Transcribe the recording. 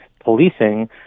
policing